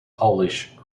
polish